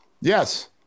yes